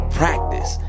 practice